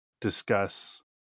discuss